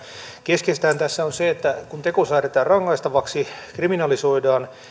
keskeistähän tässä on se että kun teko säädetään rangaistavaksi kriminalisoidaan